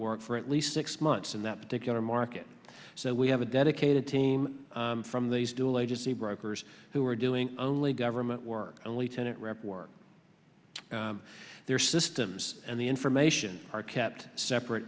work for at least six months in that particular market so we have a dedicated team from these dual agency brokers who are doing only government work only tenant rep work their systems and the information are kept separate